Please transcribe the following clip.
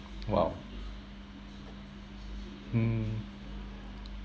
!wow! mm